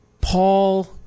Paul